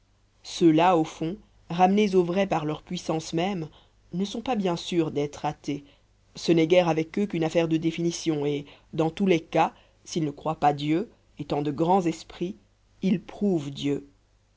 ceux-là au fond ramenés au vrai par leur puissance même ne sont pas bien sûrs d'être athées ce n'est guère avec eux qu'une affaire de définition et dans tous les cas s'ils ne croient pas dieu étant de grands esprits ils prouvent dieu